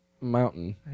mountain